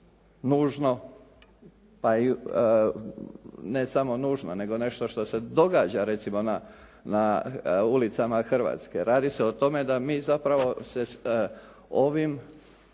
pa i ne samo nužno nego nešto se događa na ulicama Hrvatske. Radi se o tome da mi zapravo se ovim